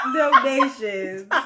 donations